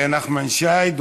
אלעזר שטרן.